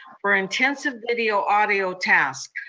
for intensive video audio tasks.